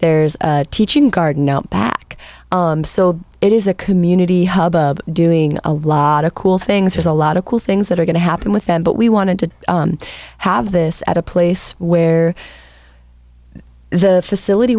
there's a teaching garden out back so it is a community hub doing a lot of cool things there's a lot of cool things that are going to happen with them but we wanted to have this at a place where the facility